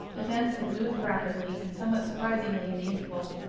events had moved rapidly and somewhat surprisingly in the interval,